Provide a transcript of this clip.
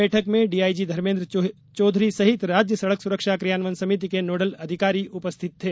बैठक में डीआईजी धर्मेन्द्र चौधरी सहित राज्य सड़क सुरक्षा क्रियान्वयन समिति के नोडल अधिकारी उपस्थित थे